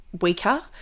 weaker